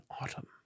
autumn